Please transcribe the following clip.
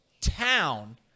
Town